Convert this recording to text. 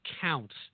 counts